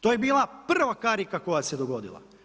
To je bila prva karika koja se dogodila.